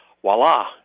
voila